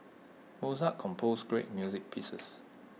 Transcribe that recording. Mozart composed great music pieces